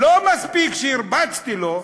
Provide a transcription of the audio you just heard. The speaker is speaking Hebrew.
לא מספיק שהרבצתי לו,